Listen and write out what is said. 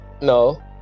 No